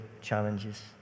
challenges